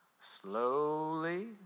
slowly